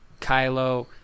Kylo